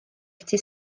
iti